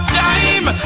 time